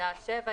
בשעה 07:00",